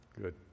Good